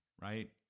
Right